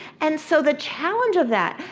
and so the challenge of that,